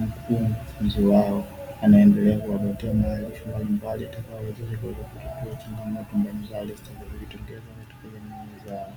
mkufunzi wao anaendelea kuwapatia maarifa mbali mbali yatakayo wawezesha kuweza kutatua changamoto mbali mbali zitakazojitokeza katika jamii zao.